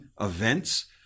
events